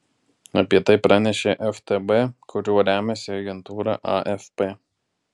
apie tai pranešė ftb kuriuo remiasi agentūra afp